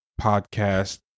podcast